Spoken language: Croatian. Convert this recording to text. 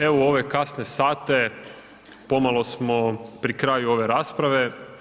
Evo u ove kasne sate pomalo smo pri kraju ove rasprave.